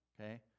okay